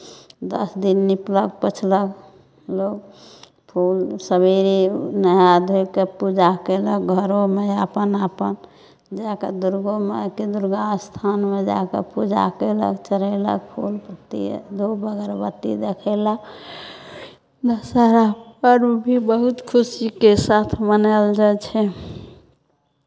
दस दिन निपलक पोछलक लोक फूल सवेरे नहाय धोय कऽ पूजा कयलक घरोमे अपन अपन जा कऽ दुर्गो मायके दुर्गा स्थानमे जा कऽ पूजा कयलक चढ़ेलक फूल पत्ती धूप अगरबत्ती देखेलक दशहरा पर्व भी बहुत खुशीके साथ मनायल जाइ छै